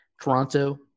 Toronto